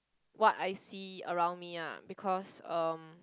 what I see around me ah because um